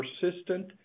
persistent